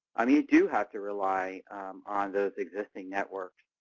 i mean you do have to rely on those existing networks